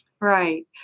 Right